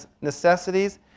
necessities